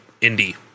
Indy